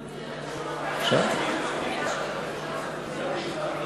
קיימנו היום דיון במליאת הכנסת בהמלצת